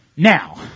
Now